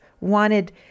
wanted